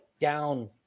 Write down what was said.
down